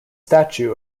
statue